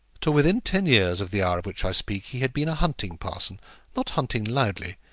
till within ten years of the hour of which i speak, he had been a hunting parson not hunting loudly,